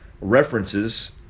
references